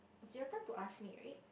it's your turn to ask me right